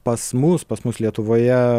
pas mus pas mus lietuvoje